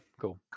cool